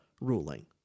ruling